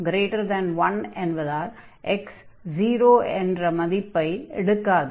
x 1 என்பதால் x 0 என்ற மதிப்பை எடுக்காது